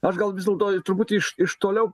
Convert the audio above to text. aš gal vis dėlto truputį iš iš toliau